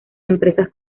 empresas